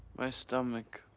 my stomach.